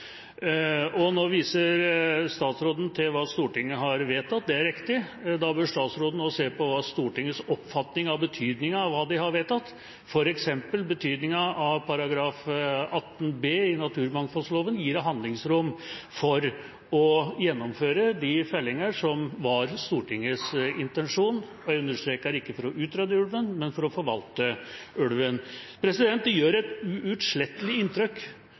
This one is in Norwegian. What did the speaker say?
Nå viser statsråden til hva Stortinget har vedtatt. Det er riktig. Da bør statsråden også se på Stortingets oppfatning av betydningen av hva de har vedtatt, f.eks. betydningen av § 18 b i naturmangfoldloven. Den gir handlingsrom for å gjennomføre de fellinger som var Stortingets intensjon, og – jeg understreker – ikke for å utrydde ulven, men for å forvalte ulven. Det gjør et uutslettelig inntrykk